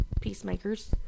peacemakers